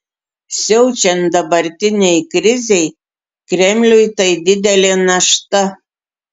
siaučiant dabartinei krizei kremliui tai didelė našta